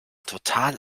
total